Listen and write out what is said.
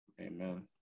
Amen